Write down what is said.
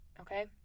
okay